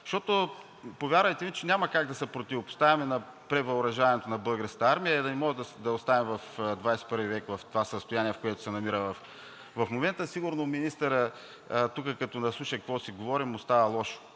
Защото, повярвайте ми, че няма как да се противопоставим на превъоръжаването на Българската армия, не можем да я оставим в XXI век в това състояние, в което се намира в момента. Сигурно на министъра тук, като ни слуша какво си говорим, му става лошо.